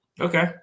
Okay